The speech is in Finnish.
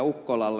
ukkolalle